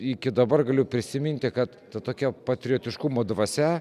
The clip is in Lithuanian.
iki dabar galiu prisiminti kad ta tokia patriotiškumo dvasia